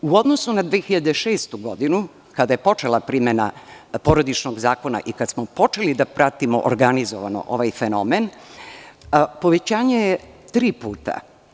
U odnosu na 2006. godinu, kada je počela primena Porodičnog zakona i kada smo počeli da pratimo organizovano ovaj fenomen, povećanje je tri puta.